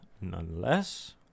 nonetheless